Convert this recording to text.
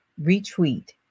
retweet